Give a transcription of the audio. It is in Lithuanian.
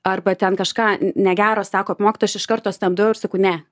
arba ten kažką negero sako apie mokytoją aš iš karto stabdau ir sakau ne